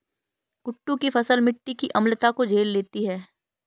कुट्टू की फसल मिट्टी की अम्लता को झेल लेती है